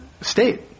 state